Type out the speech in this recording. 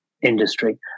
industry